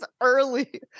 early